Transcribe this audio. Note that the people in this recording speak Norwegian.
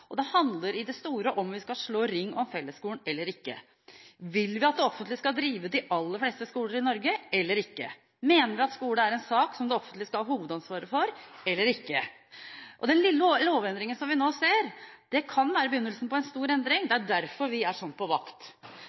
og det handler i det store om hvorvidt vi skal slå ring om fellesskolen eller ikke. Vil vi at det offentlige skal drive de aller fleste skoler i Norge eller ikke? Mener vi at skole er en sak som det offentlige skal ha hovedansvaret for eller ikke? Den lille lovendringen som vi nå ser, kan være begynnelsen på en stor endring. Det er derfor vi er sånn på vakt.